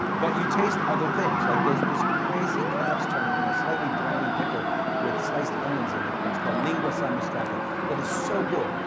but you taste other things, like there's this crazy calves tongue in a slightly briny pickle with sliced onions in it that's called lingua salmistrata that is so good,